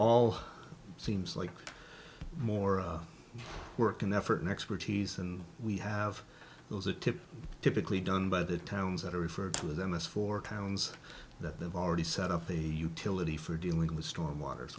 all seems like more work and effort and expertise and we have those a tip typically done by the towns that are referred to them as four towns that they've already set up a utility for dealing with storm water